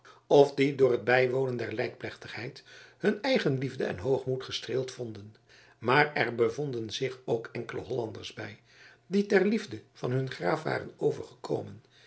of die door het bijwonen der lijkplechtigheid hun eigenliefde en hoogmoed gestreeld vonden maar er bevonden zich ook enkele hollanders bij die ter liefde van hun graaf waren overgekomen